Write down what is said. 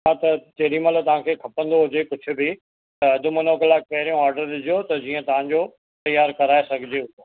हा त जेॾीमहिल तव्हांखे खपंदो हुजे कुझु बि त अधु मुनो कलाकु पहिरियों ऑडर ॾिजो त जीअं तव्हांजो तयारु कराइ सघिजे